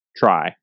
try